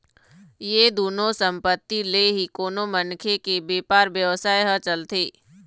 ये दुनो संपत्ति ले ही कोनो मनखे के बेपार बेवसाय ह चलथे